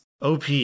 OP